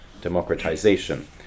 democratization